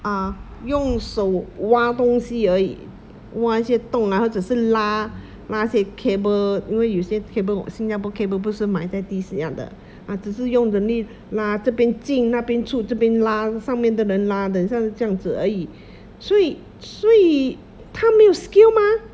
uh 用手挖东西而已挖一些洞 lah 或者是拉拉一些 cable 因为有些 cable 新加坡 cable 不是埋在地下的他只是用人力拉这边进那边出这边拉上面的人拉等下是这样子而已所以所以他没有 skill mah